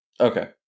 Okay